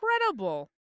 incredible